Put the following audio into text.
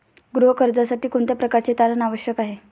गृह कर्जासाठी कोणत्या प्रकारचे तारण आवश्यक आहे?